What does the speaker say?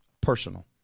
personal